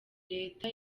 leta